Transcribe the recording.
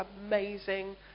amazing